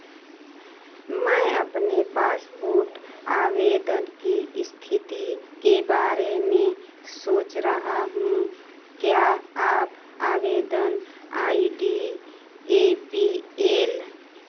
मैं अपने पासपोर्ट आवेदन की स्थिति के बारे में सोच रहा हूँ क्या आप आवेदन I D A P L